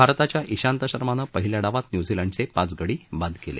भारताच्या इशांत शर्मानं पहिल्या डावात न्यूझीलंडचे पाच गडी बाद केले